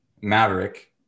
Maverick